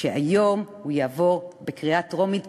שהיום הוא יעבור בקריאה טרומית,